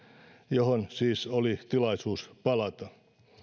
johon siis oli tilaisuus palata